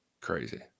Crazy